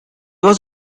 was